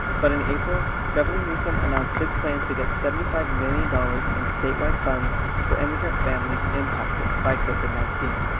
but in april, governor newsom announced his plan to get seventy five million dollars in statewide funds for immigrant families impacted by covid nineteen.